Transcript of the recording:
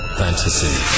fantasy